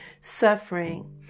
suffering